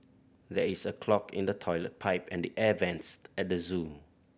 there is a clog in the toilet pipe and the air vents at the zoo